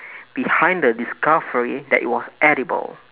behind the discovery that it was edible